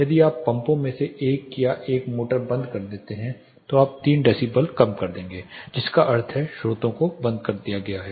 यदि आप पंपों में से एक या एक मोटर बंद करते हैं तो आप 3 डेसिबल कम कर देंगे जिसका अर्थ है स्रोतों को बंद कर दिया गया है